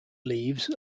leaves